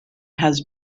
has